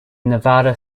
nevada